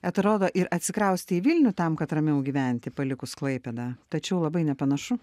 atrodo ir atsikraustei į vilnių tam kad ramiau gyventi palikus klaipėdą tačiau labai nepanašu